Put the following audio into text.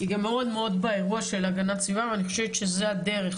היא גם מאוד באירוע של הגנת הסביבה ואני חושבת שזו הדרך,